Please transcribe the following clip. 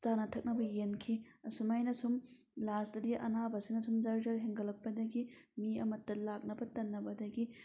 ꯆꯥꯅ ꯊꯛꯅꯕ ꯌꯦꯟꯈꯤ ꯑꯁꯨꯃꯥꯏꯅ ꯁꯨꯝ ꯂꯥꯁꯇꯗꯤ ꯑꯅꯥꯕꯁꯤꯅ ꯁꯨꯝ ꯖꯔ ꯖꯔ ꯍꯦꯟꯒꯠꯂꯛꯄꯗꯒꯤ ꯃꯤ ꯑꯃꯠꯇ ꯂꯥꯛꯅꯕ ꯇꯟꯅꯕꯗꯒꯤ